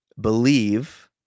believe